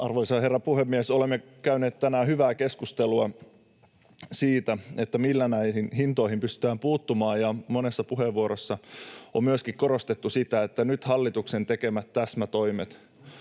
Arvoisa herra puhemies! Olemme käyneet tänään hyvää keskustelua siitä, millä näihin hintoihin pystytään puuttumaan, ja monessa puheenvuorossa on myöskin korostettu, että nyt hallituksen tekemät täsmätoimet